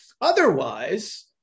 Otherwise